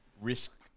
risk